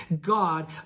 God